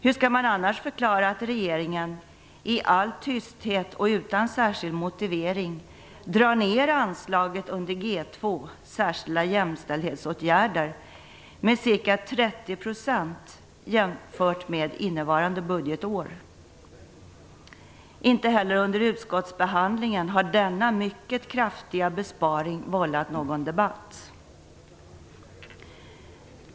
Hur skall man annars förklara att regeringen, i all tysthet och utan någon särskild motivering, drar ner anslaget under G 2, Särskilda jämställdhetsåtgärder, med ca 30 % jämfört med innevarande budgetår? Inte heller under utskottsbehandlingen har denna mycket kraftiga besparing vållat någon debatt.